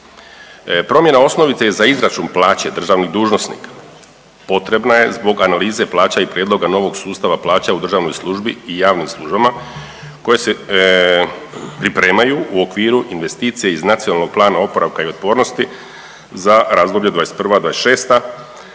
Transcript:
Promjena osnovice za izračun plaće državnih dužnosnika potrebna je zbog analize plaća i prijedloga novog sustava plaća u državnoj službi i javnim službama koje se pripremaju u okviru investicije iz NPOO-a za razdoblje '21.-'26.,